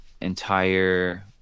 entire